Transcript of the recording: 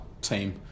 team